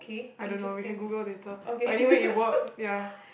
I don't know we can Google later but anyway it worked ya